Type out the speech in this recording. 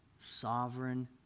sovereign